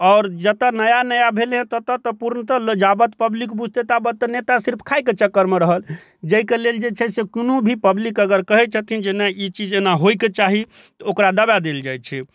आओर जतऽ नया नया भेलै हँ तऽ तऽ पुर्णतः जाबत पब्लिक बुझतै ताबत तऽ नेता सिर्फ खायके चक्करमे रहत जाहिके लेल जे छै से कोनो भी पब्लिक अगर कहै छथिन जे नहि ई चीज एना होइके चाही तऽ ओकरा दबा देल जाइ छै